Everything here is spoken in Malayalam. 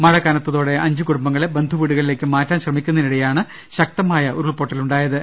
മഴ കനത്തോടെ അഞ്ച് കുടുംബങ്ങളെ ബന്ധുവീടുകളിലേക്ക് മാറ്റാൻ ശ്രമി ക്കുന്നതിനിടെയാണ് ശക്തമായ ഉരുൾപൊട്ടലുണ്ടായത്